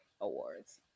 Awards